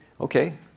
Okay